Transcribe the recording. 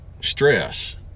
stress